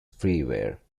freeware